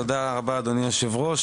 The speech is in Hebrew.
תודה רבה אדוני היו"ר,